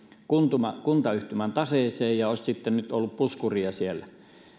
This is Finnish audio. kuntayhtymän taseeseen ja olisi sitten ollut nyt puskuria siellä